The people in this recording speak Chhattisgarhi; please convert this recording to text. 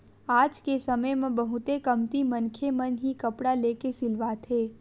आज के समे म बहुते कमती मनखे मन ही कपड़ा लेके सिलवाथे